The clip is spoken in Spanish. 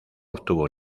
obtuvo